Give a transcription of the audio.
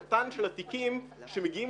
לא די לעסוק באחוזון הקטן של התיקים שמגיעים